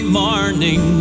morning